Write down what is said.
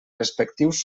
respectius